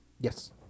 Yes